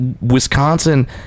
Wisconsin